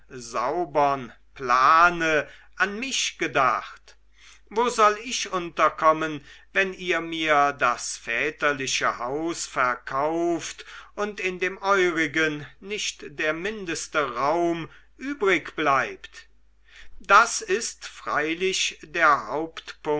saubern plane an mich gedacht wo soll ich unterkommen wenn ihr mir das väterliche haus verkauft und in dem eurigen nicht der mindeste raum übrig bleibt das ist freilich der